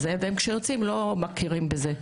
הם לא מכירים בזה,